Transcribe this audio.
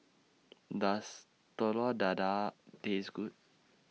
Does Telur Dadah Taste Good